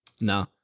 No